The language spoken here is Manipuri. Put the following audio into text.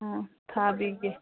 ꯑꯥ ꯊꯥꯕꯤꯒꯦ